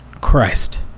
Christ